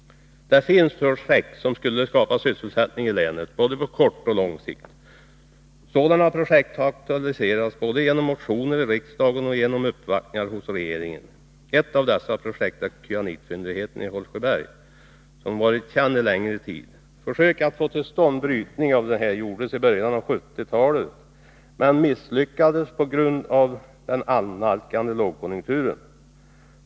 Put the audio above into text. Det finns projekt som skulle kunna skapa sysselsättning i länet, både på kort och på lång sikt. Sådana projekt har aktualiserats både genom motioner i riksdagen och genom uppvaktningar hos regeringen. Ett av dessa projekt är kyanitfyndigheten i Hållsjöberg, som varit känd en längre tid. Försök att få till stånd brytning av denna fyndighet gjordes i början av 1970-talet men misslyckades på grund av den annalkande lågkonjunkturen.